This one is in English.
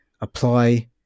apply